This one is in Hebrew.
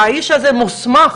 שהאיש הזה מוסמך